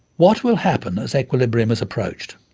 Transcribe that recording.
what will happen as equilibrium is approached?